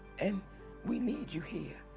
and we need you here.